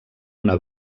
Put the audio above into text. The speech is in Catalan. una